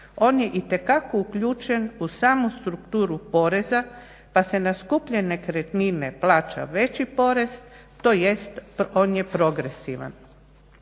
on je itekako uključen u samu strukturu poreza, pa se na skuplje nekretnine plaća veći porez, tj. on je progresivan.